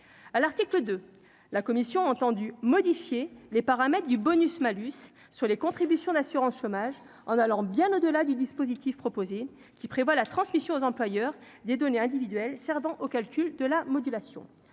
à l'article de la commission entendu modifier les paramètres du bonus-malus sur les contributions d'assurance chômage en allant bien au-delà du dispositif proposé qui prévoit la transmission aux employeurs des données individuelles servant au calcul de la modulation